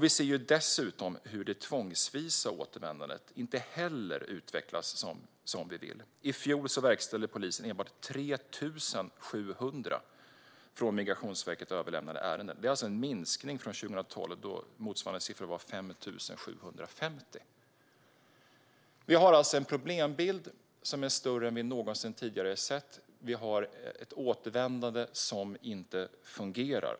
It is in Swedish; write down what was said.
Vi ser dessutom hur det tvångsvisa återvändandet inte heller utvecklas som vi vill. I fjol verkställde polisen endast 3 700 från Migrationsverket överlämnade ärenden. Det är alltså en minskning från 2012, då motsvarande siffra var 5 750. Vi har en problembild som är värre än vad vi någonsin tidigare sett. Vi har ett återvändande som inte fungerar.